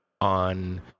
on